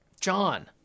John